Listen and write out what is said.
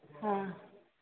हँ